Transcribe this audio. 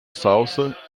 salsa